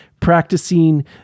practicing